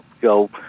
go